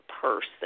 person